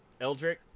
Eldrick